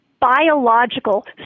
biological